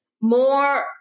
more